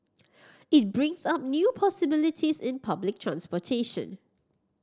it brings up new possibilities in public transportation